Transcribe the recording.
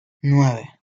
nueve